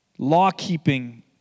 law-keeping